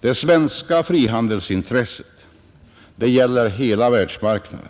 Det svenska frihandelsintresset gäller hela världsmarknaden.